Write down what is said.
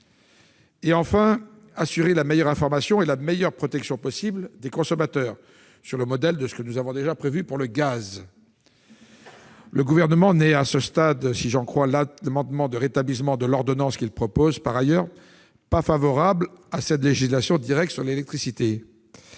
nécessaire d'assurer la meilleure information et la meilleure protection possible des consommateurs, sur le modèle de ce que nous avons déjà prévu pour le gaz. À ce stade, le Gouvernement n'est pas favorable, si j'en crois l'amendement de rétablissement de l'ordonnance qu'il a déposé par ailleurs, à cette législation directe sur l'électricité.